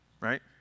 right